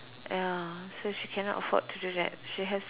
ya so she cannot afford to do that she has